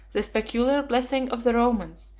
this peculiar blessing of the romans,